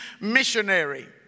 missionary